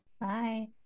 Bye